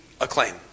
acclaim